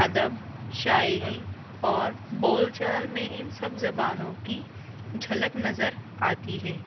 ادب شاعری اور بول چال میں ان سب زبانوں کی جھلک نظر آتی ہے